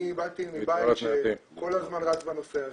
אני באתי מבית שכל הזמן רץ בנושא הזה.